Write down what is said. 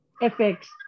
effects